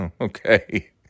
Okay